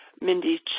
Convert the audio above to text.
Mindy